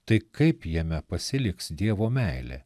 tai kaip jame pasiliks dievo meilė